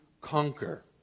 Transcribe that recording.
conquer